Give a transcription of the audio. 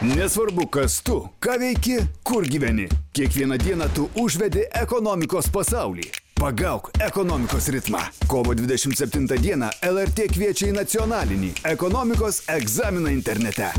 nesvarbu kas tu ką veiki kur gyveni kiekvieną dieną tu užvedi ekonomikos pasaulį pagauk ekonomikos ritmą kovo dvidešimt septintą dieną lrt kviečia į nacionalinį ekonomikos egzaminą internete